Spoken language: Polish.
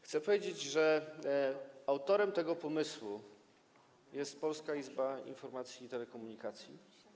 Chcę powiedzieć, że autorem tego pomysłu jest Polska Izba Informacji i Telekomunikacji.